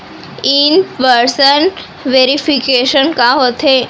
In person verification का होथे?